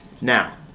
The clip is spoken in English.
now